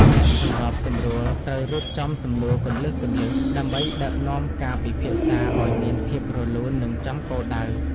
អ្នកសម្របសម្រួល ត្រូវរៀបចំសំណួរគន្លឹះៗ ដើម្បីដឹកនាំការពិភាក្សាឱ្យមានភាពរលូន និងចំគោលដៅ។